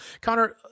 Connor